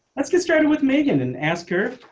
let's get started with megan and asked her,